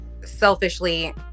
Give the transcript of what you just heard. selfishly